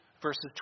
verses